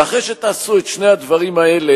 ואחרי שתעשו את שני הדברים האלה,